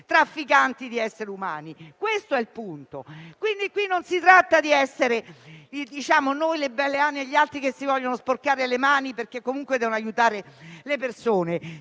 trafficanti di esseri umani. Questo è il punto. Qui non si tratta di essere noi le belle anime e gli altri quelli che si vogliono sporcare le mani, perché comunque devono aiutare le persone;